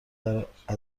برابربیشتر